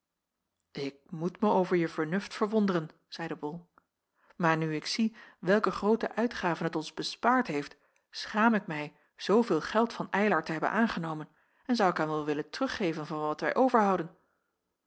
ik moet mij over je vernuft verwonderen zeide bol maar nu ik zie welke groote uitgaven het ons bespaard heeft schaam ik mij zooveel geld van eylar te hebben aangenomen en zou ik hem wel willen teruggeven wat wij overhouden